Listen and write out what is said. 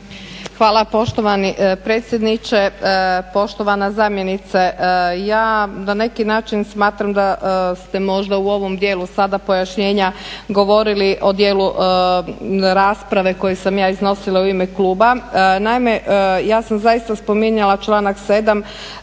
Hvala poštovani predsjedniče. Poštovana zamjenice, ja na neki način smatram da ste možda u ovom dijelu sada pojašnjenja govorili o dijelu rasprave koji sam ja iznosila u ime kluba. Naime, ja sam zaista spominjala članak 7.